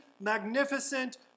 magnificent